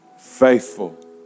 faithful